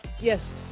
Yes